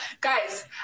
Guys